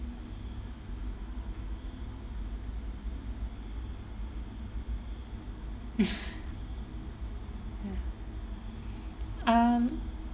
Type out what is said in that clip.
um